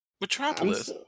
Metropolis